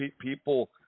people